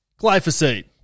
glyphosate